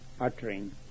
Uttering